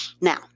Now